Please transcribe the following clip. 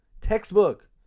textbook